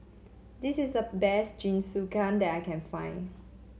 this is the best Jingisukan that I can find